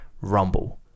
Rumble